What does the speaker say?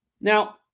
Now